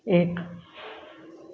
एक